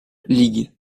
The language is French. ligue